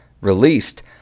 released